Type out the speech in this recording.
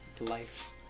life